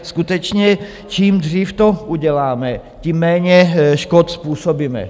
Skutečně čím dřív to uděláme, tím méně škod způsobíme.